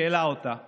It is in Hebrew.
שהעלה אותה ואמר: